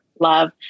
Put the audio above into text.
love